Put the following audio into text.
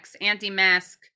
anti-mask